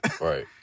Right